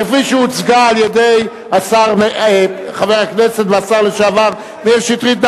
כפי שהוצגה על-ידי חבר הכנסת והשר לשעבר מאיר שטרית.